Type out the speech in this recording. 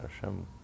Hashem